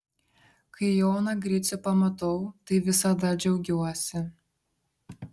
kai joną gricių pamatau tai visada džiaugiuosi